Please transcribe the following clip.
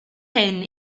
hyn